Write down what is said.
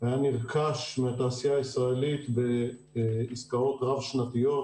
היה נרכש מהתעשייה הישראלית בעסקאות רב-שנתיות